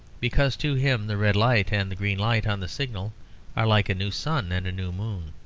because to him the red light and the green light on the signal are like a new sun and a new moon.